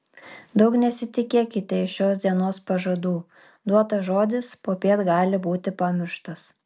daug nesitikėkite iš šios dienos pažadų duotas žodis popiet gali būti pamirštas